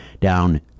down